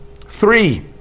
Three